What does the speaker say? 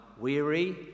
weary